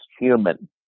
human